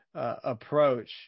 Approach